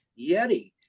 Yeti